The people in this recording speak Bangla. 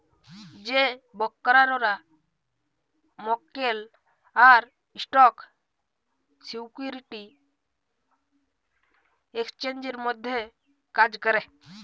যে ব্রকাররা মক্কেল আর স্টক সিকিউরিটি এক্সচেঞ্জের মধ্যে কাজ ক্যরে